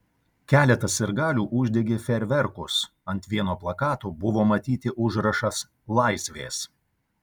keletas sirgalių uždegė fejerverkus ant vieno plakato buvo matyti užrašas laisvės